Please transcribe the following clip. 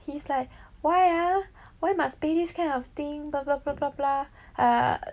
he's like why ah why must pay these kind of thing bla bla bla bla bla ha